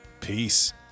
Peace